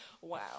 Wow